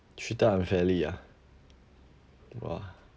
treated unfairly ah !wah!